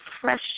fresh